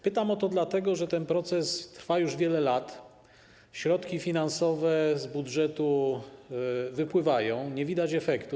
Pytam o to, dlatego że ten proces trwa już wiele lat, środki finansowe z budżetu wypływają, nie widać efektów.